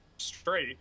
straight